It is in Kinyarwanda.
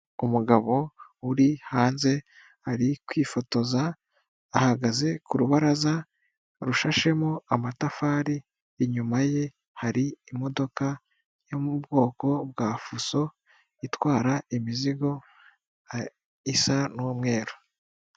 Umugabo uri hanze ari kwifotoza ahagaze ku rubaraza rushashemo amatafari, inyuma ye hari imodoka yo mu bwoko bwa fuso itwara imizigo isa n'umweru.